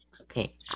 okay